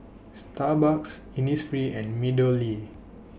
Starbucks Innisfree and Meadowlea